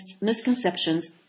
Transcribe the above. misconceptions